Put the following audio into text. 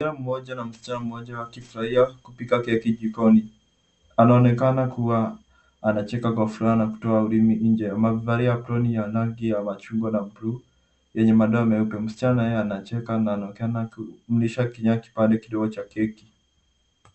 Mvulana mmoja na msichana mmoja wakifurahia kupika keki jikoni. Anonekana kuwa anacheka kwa furaha na kutoa ulimi nje. Amevalia aproni ya rangi ya machungwa na buluu yenye madoa meupe. Msichana yeye anacheka na anaonekana kumlisha kinywa chake kipande kidogo cha keki.